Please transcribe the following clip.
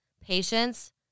patience